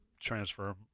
transfer